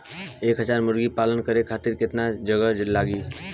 एक हज़ार मुर्गी पालन करे खातिर केतना जगह लागी?